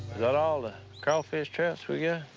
that all the crawfish traps we yeah